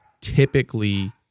typically